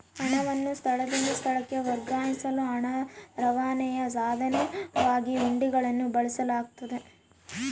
ಹಣವನ್ನು ಸ್ಥಳದಿಂದ ಸ್ಥಳಕ್ಕೆ ವರ್ಗಾಯಿಸಲು ಹಣ ರವಾನೆಯ ಸಾಧನವಾಗಿ ಹುಂಡಿಗಳನ್ನು ಬಳಸಲಾಗ್ತತೆ